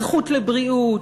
הזכות לבריאות,